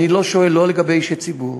אני לא שואל, לא לגבי אישי ציבור